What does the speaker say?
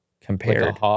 compared